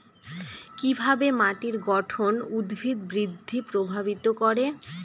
কিভাবে মাটির গঠন উদ্ভিদ বৃদ্ধি প্রভাবিত করে?